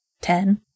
Ten